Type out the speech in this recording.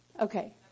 Okay